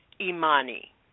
Imani